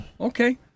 Okay